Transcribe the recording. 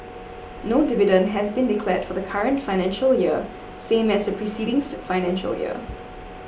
no dividend has been declared for the current financial year same as the preceding financial year